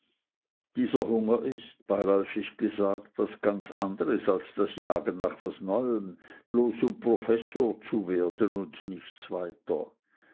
dieser hunger ist beiläufig gesagt was ganz anderes als das jagen nach was neuem bloß um professor zu werden und nichts weiter